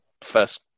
first